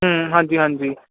ਹੂੰ ਹਾਂਜੀ ਹਾਂਜੀ